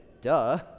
duh